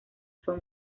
fue